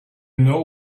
know